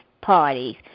parties